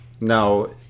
Now